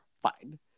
Fine